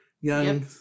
young